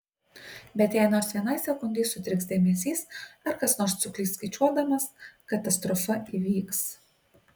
bet jei nors vienai sekundei sutriks dėmesys ar kas nors suklys skaičiuodamas katastrofa įvyks